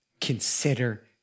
Consider